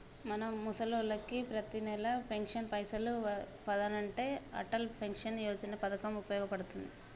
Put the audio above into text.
మన ముసలోళ్ళకి పతినెల పెన్షన్ పైసలు పదనంటే అటల్ పెన్షన్ యోజన పథకం ఉపయోగ పడుతుంది